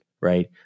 right